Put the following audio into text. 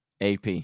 AP